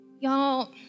y'all